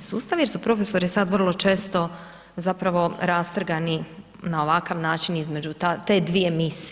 sustav jer su profesori sad vrlo često zapravo rastrgani na ovakav način između te dvije misije.